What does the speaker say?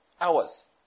hours